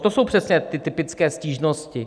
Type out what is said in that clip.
To jsou přece ty typické stížnosti.